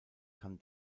kann